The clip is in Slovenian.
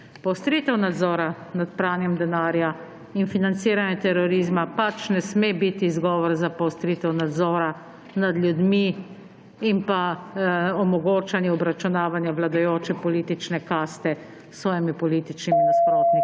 Poostritev nadzora nad pranjem denarja in financiranjem terorizma pač ne sme biti izgovor za poostritev nadzora nad ljudmi in pa omogočanju obračunavanja vladajoče politične kaste s svojimi političnimi nasprotniki.